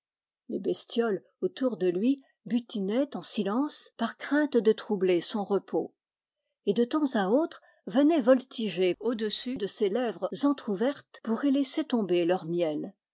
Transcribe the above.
les bestioles autour de lui butinaient en silence par crainte de troubler son repos et de temps à autre venaient voltiger au-dessus de ses lèvres entr'ouvertes pour y laisser tomber leur miel